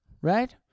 Right